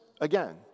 again